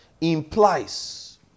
implies